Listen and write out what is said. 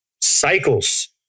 cycles